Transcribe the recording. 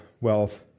wealth